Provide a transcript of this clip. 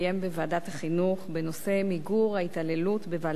החינוך בנושא: מיגור ההתעללות בבעלי-חיים.